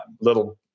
little